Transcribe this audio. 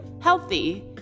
healthy